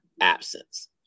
absence